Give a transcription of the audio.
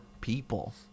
people